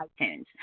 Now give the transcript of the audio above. itunes